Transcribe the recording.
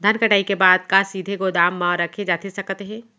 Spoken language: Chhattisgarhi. धान कटाई के बाद का सीधे गोदाम मा रखे जाथे सकत हे?